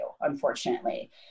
unfortunately